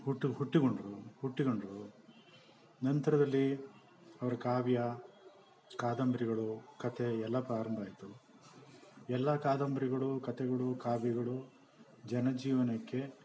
ಹುಟ್ಟು ಹುಟ್ಟಿಕೊಂಡರು ಹುಟ್ಟಿಕೊಂಡರು ನಂತರದಲ್ಲಿ ಅವ್ರ ಕಾವ್ಯ ಕಾದಂಬರಿಗಳು ಕಥೆ ಎಲ್ಲ ಪ್ರಾರಂಭ ಆಯಿತು ಎಲ್ಲ ಕಾದಂಬರಿಗಳು ಕಥೆಗಳು ಕಾವ್ಯಗಳು ಜನ ಜೀವನಕ್ಕೆ